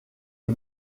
les